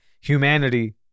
humanity